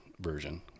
version